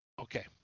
Okay